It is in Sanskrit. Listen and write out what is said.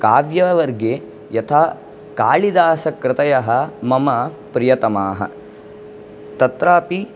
काव्यवर्गे यथा कालिदासकृतयः मम प्रियतमाः तत्रापि